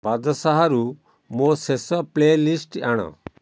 ବାଦଶାହାରୁ ମୋ ଶେଷ ପ୍ଲେଲିଷ୍ଟ ଆଣ